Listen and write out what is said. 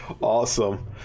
awesome